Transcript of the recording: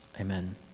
Amen